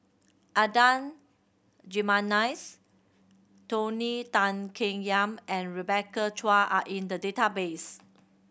Adan Jimenez Tony Tan Keng Yam and Rebecca Chua are in the database